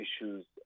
issues